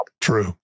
True